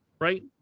right